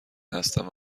هستم